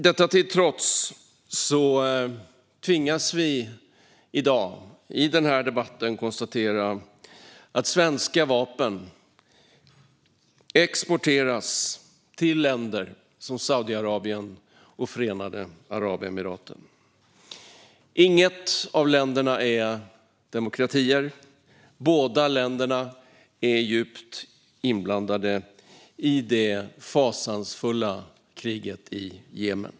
Detta till trots tvingas vi i dag i den här debatten konstatera att svenska vapen exporteras till länder som Saudiarabien och Förenade Arabemiraten. Inget av länderna är demokratier. Båda länderna är djupt inblandade i det fasansfulla kriget i Jemen.